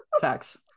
facts